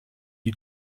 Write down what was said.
you